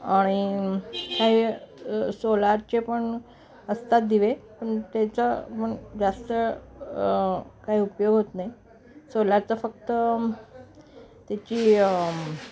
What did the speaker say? आणि काही सोलारचे पण असतात दिवे पण त्याचं पण जास्त काय उपयोग होत नाही सोलारचं फक्त त्याची